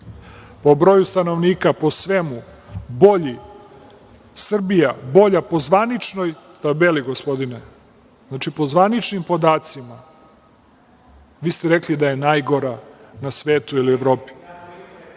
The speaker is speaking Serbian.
Po broju stanovnika, po svemu Srbija bolja po zvaničnoj tabeli gospodine, znači po zvaničnim podacima. Vi ste rekli da je najgora na svetu ili u Evropi.